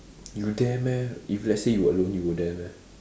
you dare meh if let's say you alone you would dare meh